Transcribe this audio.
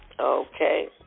Okay